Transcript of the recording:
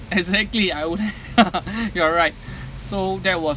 exactly I would you are right so that was